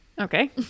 Okay